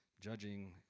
judging